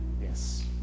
Yes